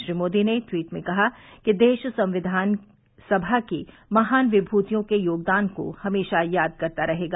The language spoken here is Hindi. श्री मोदी ने ट्वीट में कहा कि देश संविधान सभा की महान विमृतियों के योगदान को हमेशा याद करता रहेगा